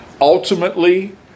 ultimately